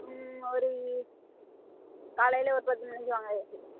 ஒரு காலையில் ஒரு பத்து மணிக்கு வாங்களேன்